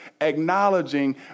acknowledging